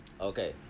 Okay